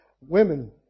women